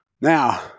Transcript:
Now